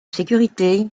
sécurité